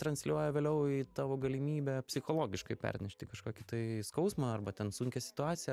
transliuoja vėliau į tavo galimybę psichologiškai pernešti kažkokį tai skausmą arba ten sunkią situaciją